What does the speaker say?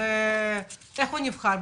איך הוא נבחר?